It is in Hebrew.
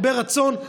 הרבה רצון,